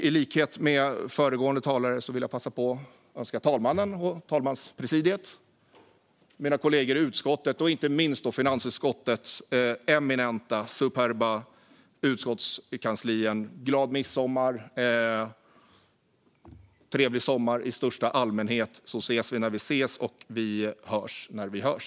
I linje med föregående talare vill jag passa på att önska talmannen, talmanspresidiet, mina kollegor i utskottet och inte minst finansutskottets eminenta och superba utskottskansli en glad midsommar och en trevlig sommar i största allmänhet. Vi ses när vi ses och hörs när vi hörs.